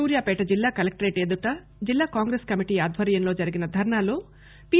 సూర్యాపేట జిల్లా కలెక్టరేట్ ఎదుట జిల్లా కాంగ్రెస్ కమిటీ ఆధ్వర్యంలో జరిగిన ధర్పాలో పి